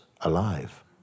alive